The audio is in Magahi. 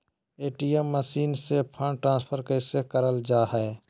ए.टी.एम मसीन से फंड ट्रांसफर कैसे करल जा है?